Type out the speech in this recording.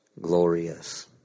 Glorious